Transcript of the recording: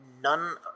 none